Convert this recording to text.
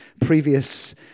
previous